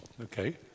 Okay